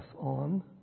on